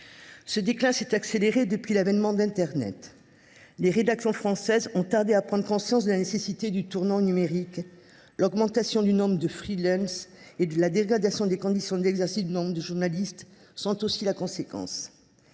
Celui ci s’est accéléré depuis l’avènement d’internet. Les rédactions françaises ont tardé à prendre conscience de la nécessité du tournant numérique. L’augmentation du nombre de journalistes en et la dégradation des conditions d’exercice de la profession en sont aussi la conséquence.